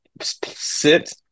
sit